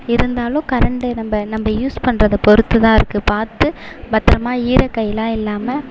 இருந்தாலும் கரெண்ட்டு நம்ம நம்ம யூஸ் பண்றதை பொறுத்து தான் இருக்குது பார்த்து பத்திரமா ஈர கையிலாம் இல்லாமல்